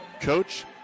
coach